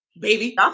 baby